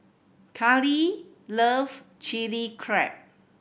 Caylee loves Chilli Crab